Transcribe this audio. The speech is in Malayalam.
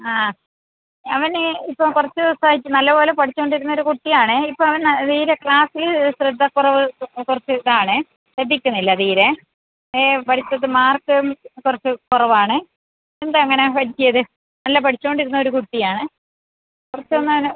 ആ അവനേ ഇപ്പോൾ കൊറച്ച്വസം ആയിട്ട് നല്ല പോലെ പഠിച്ചുകൊണ്ടിരുന്ന ഒരു കുട്ടി ആണ് ഇപ്പോൾ അവൻ തീരെ ക്ലാസ്സിൽ ശ്രദ്ധ കുറവ് കുറച്ച് ഇത് ആണ് ശ്രദ്ധിക്കുന്നില്ല തീരെ ഏഹ് പഠിത്തത്തിൽ മാർക്ക് കുറച്ച് കുറവാണ് എന്താണ് അങ്ങനെ പറ്റിയത് നല്ല പഠിച്ചു കൊണ്ട് ഇരുന്ന ഒരു കുട്ടി ആണ് കുറച്ച് ഒന്ന് അവനെ